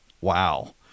Wow